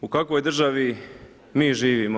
U kakvoj državi mi živimo?